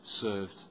Served